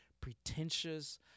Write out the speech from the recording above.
pretentious